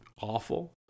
awful